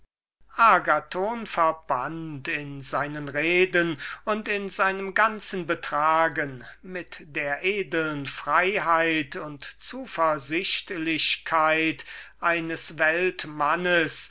agathon verband in seinen reden und in seinem ganzen betragen so viel bescheidenheit und klugheit mit dieser edeln freiheit und zuversichtlichkeit eines weltmannes